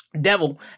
Devil